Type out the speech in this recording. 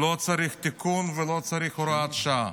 לא צריך תיקון ולא צריך הוראת שעה.